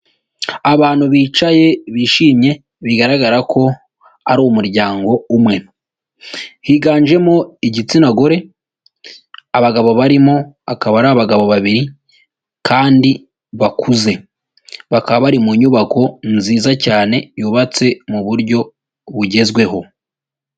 Abantu bicaye bishimye bigaragara ko ari umuryango umwe, higanjemo igitsina gore abagabo barimo akaba ari abagabo babiri kandi bakuze, bakaba bari mu nyubako nziza cyane yubatse mu buryo bugezweho.